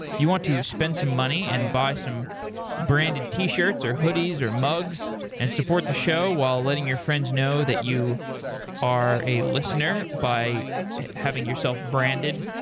if you want to spend some money and buy some branded t-shirts, or hoodies, or mugs and support the show while letting your friends know that you are a listener by having yourself branded,